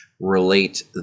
relate